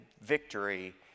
victory